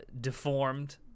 deformed